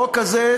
החוק הזה,